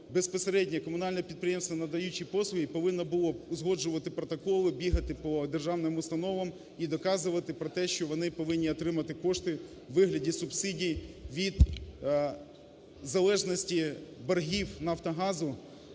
безпосередньо комунальне підприємство надаючи послуги, повинно було б узгоджувати протоколи, бігати по державним установам і доказувати про те, що вони повинні отримати кошти у вигляді субсидій від залежності боргів "Нафтогазу"